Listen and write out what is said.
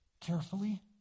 carefully